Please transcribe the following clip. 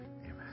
Amen